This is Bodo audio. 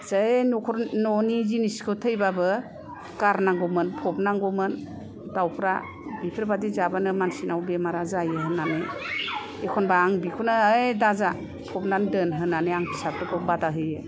जै न'खर न'नि जिनिसखौ थैब्लाबो गारनांगौमोन फबनांगौमोन दावफ्रा बेफोर बादि जाब्लानो मानसिफोरनाव बेरामा जायो होननानै एखनब्ला आं बिखौनो ओइ दाजा फबनानै दोन होननानै आं फिसाफोरखौ बादा होयो